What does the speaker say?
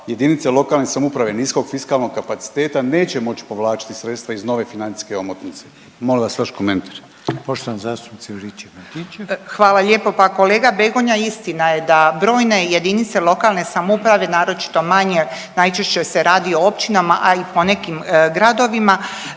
jedinice lokalne samouprave niskog fiskalnog kapaciteta neće moći povlačiti sredstva iz nove financijske omotnice. Molim vas vaš komentar. **Reiner, Željko (HDZ)** Poštovana zastupnica Juričev Martinčev. **Juričev-Martinčev, Branka (HDZ)** Pa kolega Begonja istina je da brojne jedinice lokalne samouprave naročito manje najčešće se radi o općinama, a i ponekim gradovima